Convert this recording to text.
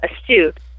astute